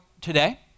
today